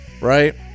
right